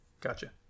Gotcha